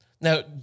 Now